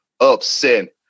upset